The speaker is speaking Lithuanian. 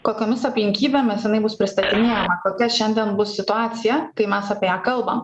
kokiomis aplinkybėmis jinai bus pristatinėjama kokia šiandien bus situacija kai mes apie ją kalbam